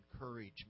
encourage